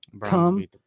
come